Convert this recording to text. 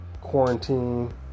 quarantine